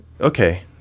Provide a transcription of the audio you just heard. okay